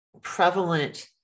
prevalent